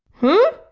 huh?